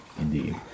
Indeed